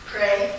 Pray